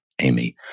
Amy